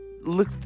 look